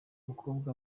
mukobwa